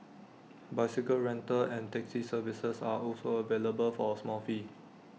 bicycle rental and taxi services are also available for A small fee